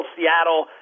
Seattle